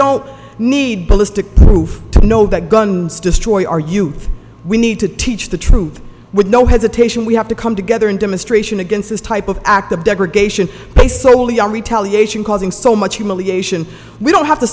don't need ballistic roof to know that guns destroy our youth we need to teach the truth with no hesitation we have to come together in demonstration against this type of act of degradation based solely on retaliation causing so much humiliation we don't have to